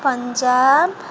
Punjab